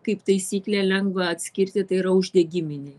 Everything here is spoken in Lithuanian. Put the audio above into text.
kaip taisyklė lengva atskirti tai yra uždegiminiai